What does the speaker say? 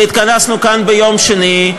והתכנסנו כאן ביום שני,